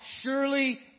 surely